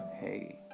hey